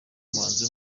umuhanzi